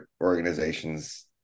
organizations